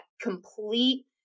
complete